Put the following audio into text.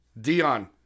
Dion